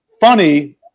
Funny